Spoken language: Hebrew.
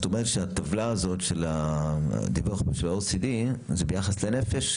את אומרת שהטבלה הזאת של הדיווח של ה-OECD זה ביחס לנפש,